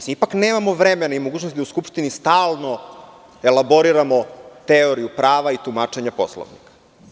Nemamo vremena i mogućnosti u Skupštini da stalno elaboriramo teoriju prava i tumačenja Poslovnika.